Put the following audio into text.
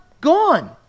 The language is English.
gone